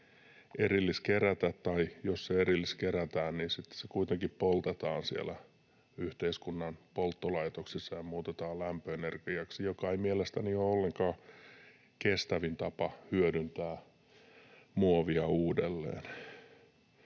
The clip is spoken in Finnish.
jos erilliskerätään, sitten se kuitenkin poltetaan siellä yhteiskunnan polttolaitoksissa ja muutetaan lämpöenergiaksi, joka ei mielestäni ole ollenkaan kestävin tapa hyödyntää muovia uudelleen.